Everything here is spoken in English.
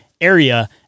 area